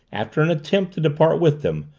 after an attempt to depart with them,